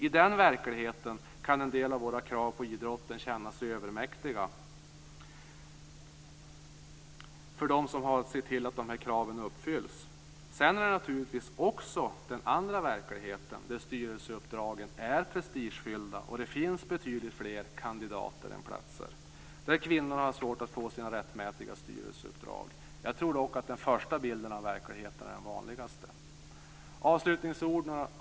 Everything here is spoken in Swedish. I den verkligheten kan en del av våra krav på idrotten kännas övermäktiga för dem som har att se till att kraven uppfylls. Sedan finns naturligtvis också den andra verkligheten där styrelseuppdragen är prestigefyllda och det finns betydligt fler kandidater än platser - och där kvinnorna har svårt att få sina rättmätiga styrelseuppdrag. Jag tror dock att den första bilden av verkligheten är den vanligaste.